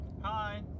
Hi